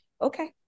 okay